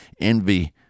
envy